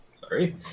Sorry